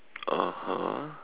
(uh huh)